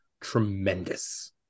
tremendous